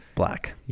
black